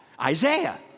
Isaiah